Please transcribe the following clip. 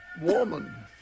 woman